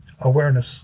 awareness